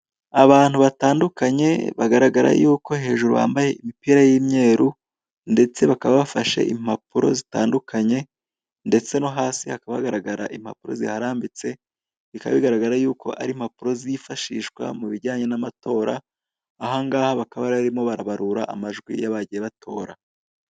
Abantu batandukanye bagaragara yuko hejuru bambaye imipira y'imyeru ndetse bakaba bafashe impapuro zitandukanye ndetse no hasi hakaba hagaragara impapuro ziharambitse, bikaba bigaragara yuko ari impapuro zifashishwa mu bijyanye n'amatora, aha ngaha bakaba bari barimo barabarura amajwi y'abagiye batora.